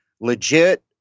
legit